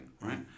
right